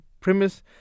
premise